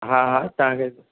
हा हा तव्हांखे